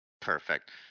perfect